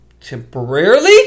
temporarily